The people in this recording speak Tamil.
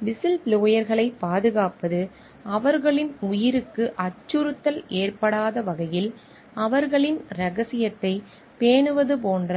எனவே விசில்ப்ளோயர்களைப் பாதுகாப்பது அவர்களின் உயிருக்கு அச்சுறுத்தல் ஏற்படாத வகையில் அவர்களின் ரகசியத்தைப் பேணுவது போன்ற